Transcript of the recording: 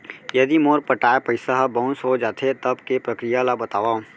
यदि मोर पटाय पइसा ह बाउंस हो जाथे, तब के प्रक्रिया ला बतावव